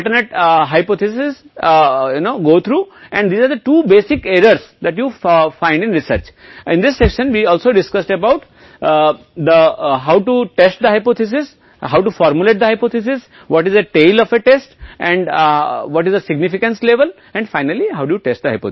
और आप जिस वैकल्पिक परिकल्पना को जानते हैं वह यह दो बुनियादी त्रुटियाँ हैं जो आपको मिलती हैं अनुसंधान में और इस खंड में हमने इस बारे में भी चर्चा की परिकल्पना का परीक्षण कैसे किया जाए परिकल्पना तैयार करें कि एक परीक्षण की पूंछ क्या है और महत्वपूर्ण स्तर क्या है और अंत में परिकल्पना का परीक्षण कैसे किया जाए